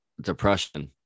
depression